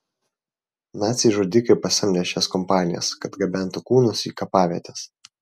naciai žudikai pasamdė šias kompanijas kad gabentų kūnus į kapavietes